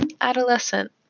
adolescent